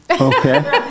Okay